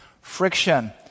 friction